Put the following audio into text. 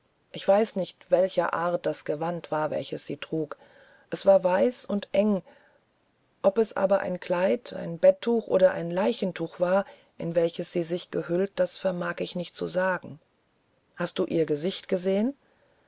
ich weiß nicht welcher art das gewand war welches sie trug es war weiß und eng ob es aber ein kleid ein betttuch oder ein leichentuch war in welches sie sich gehüllt das vermag ich nicht zu sagen hast du ihr gesicht gesehen